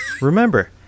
Remember